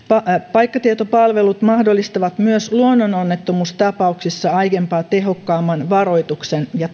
paikkatietopalvelut mahdollistavat myös luonnononnettomuustapauksissa aiempaa tehokkaamman varoituksen ja